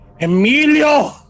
Emilio